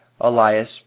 Elias